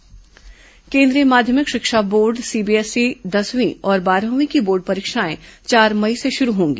CBSE परीक्षा केंद्रीय माध्यमिक शिक्षा बोर्ड सीबीएसई की दसवीं और बारहवीं की बोर्ड परीक्षाएं चार मई से शुरू होंगी